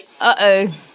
Uh-oh